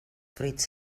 fruits